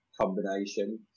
combination